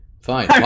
Fine